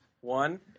One –